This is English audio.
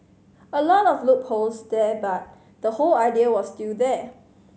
a lot of loopholes there but the whole idea was still there